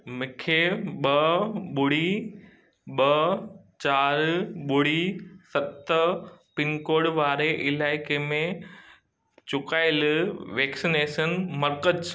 मूंखे ॿ ॿुड़ी ॿ चारि ॿुड़ी सत पिनकोड वारे इलाइक़े में चुकायलु वेक्सिनेशन मर्कज़